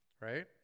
Right